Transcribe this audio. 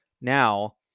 now